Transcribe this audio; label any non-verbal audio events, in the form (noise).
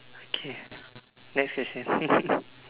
okay next question (laughs)